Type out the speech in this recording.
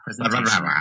presentation